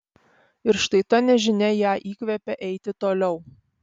ir štai ta nežinia ją įkvepia eiti toliau